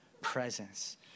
presence